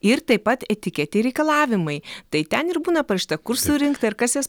ir taip pat etiketėj reikalavimai tai ten ir būna parašyta kur surinkta ir kas jas